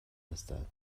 هستند